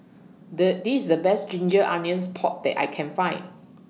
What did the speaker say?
The This IS The Best Ginger Onions Pork that I Can Find